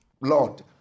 Lord